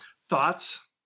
Thoughts